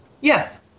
Yes